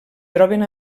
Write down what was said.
troben